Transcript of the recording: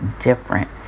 different